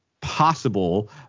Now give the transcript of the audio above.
possible